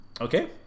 Okay